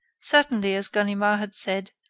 certainly, as ganimard had said,